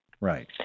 Right